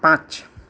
पाँच